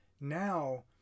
now